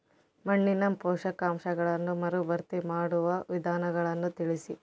ಮಣ್ಣಿನ ಪೋಷಕಾಂಶಗಳನ್ನು ಮರುಭರ್ತಿ ಮಾಡುವ ವಿಧಾನಗಳನ್ನು ತಿಳಿಸಿ?